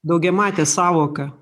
daugiamatė sąvoka